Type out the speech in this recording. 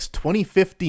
2015